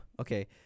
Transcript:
Okay